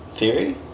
Theory